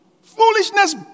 Foolishness